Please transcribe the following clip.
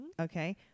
Okay